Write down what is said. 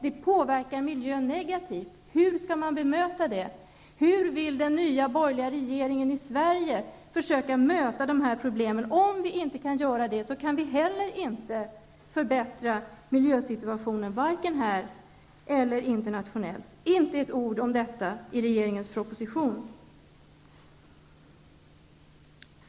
Det påverkar miljön negativt. Hur skall man bemöta detta? Hur vill den nya borgerliga regeringen i Sverige försöka möta dessa problem? Om vi inte kan göra det kan vi inte heller förbättra miljösituationen, vare sig här eller internationellt. Det sägs inte ett ord om detta i regeringens proposition.